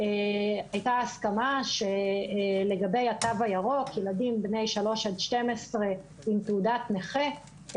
הייתה הסכמה שלגבי התו הירוק ילדים בני שלוש שעד 12 עם תעודת נכה,